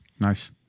Nice